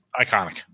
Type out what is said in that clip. iconic